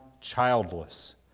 childless